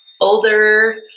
older